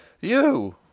You